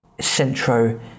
Centro